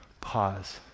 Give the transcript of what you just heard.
pause